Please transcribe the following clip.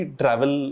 travel